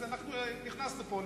אז אנחנו נכנסנו פה לאיזה,